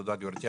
תודה גברתי,